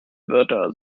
wörter